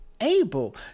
able